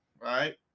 right